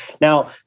Now